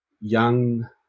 young